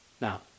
Now